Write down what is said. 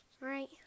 right